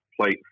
plate